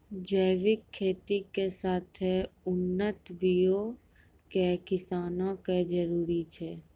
जैविक खेती के साथे उन्नत बीयो के किसानो के जरुरत छै